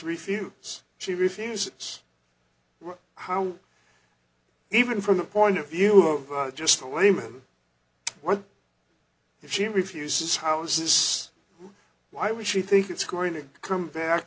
refutes she refuses how even from the point of view of just a layman what if she refuses how this is why would she think it's going to come back